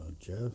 Jeff